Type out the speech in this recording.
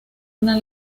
una